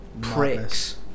Pricks